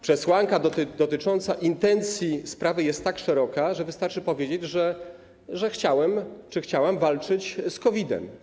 Przesłanka dotycząca intencji sprawy jest tak szeroka, że wystarczy powiedzieć: chciałem czy chciałam walczyć z COVID-em.